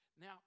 Now